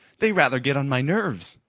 they rather get on my nerves.